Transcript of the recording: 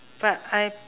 but I